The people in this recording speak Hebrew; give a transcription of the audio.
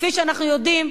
וכפי שאנחנו יודעים,